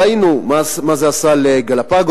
ראינו מה זה עשה לגלפגוס,